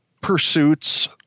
pursuits